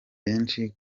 benshi